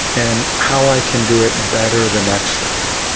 and how i can do it better the next time.